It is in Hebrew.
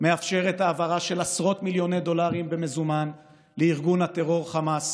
מאפשרת העברה של עשרות מיליוני דולרים במזומן לארגון הטרור חמאס,